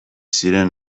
ziren